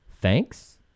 thanks